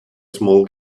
small